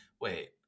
wait